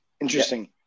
interesting